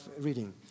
reading